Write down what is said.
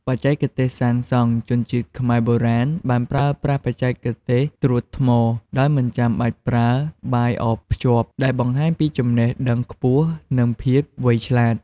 បច្ចេកទេសសាងសង់ ជនជាតិខ្មែរបុរាណបានប្រើប្រាស់បច្ចេកទេសត្រួតថ្ម ដោយមិនចាំបាច់ប្រើបាយអភ្ជាប់ ដែលបង្ហាញពីចំណេះដឹងខ្ពស់និងភាពវៃឆ្លាត។